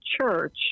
church